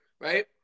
right